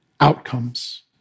outcomes